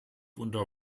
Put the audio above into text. unter